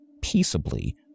peaceably